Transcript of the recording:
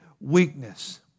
weakness